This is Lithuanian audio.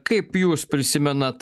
kaip jūs prisimenat